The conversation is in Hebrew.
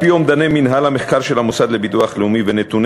על-פי אומדני מינהל המחקר של המוסד לביטוח לאומי ונתוני